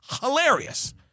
hilarious